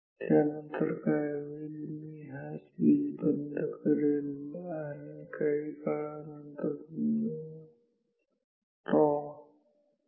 त्यानंतर काय होईल मी हा स्विच बंद करेल काही काळानंतर समजा τ